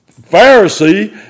Pharisee